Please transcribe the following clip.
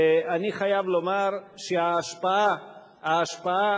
ואני חייב לומר שההשפעה עצומה,